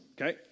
okay